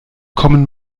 kommen